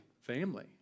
family